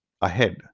ahead